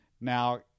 Now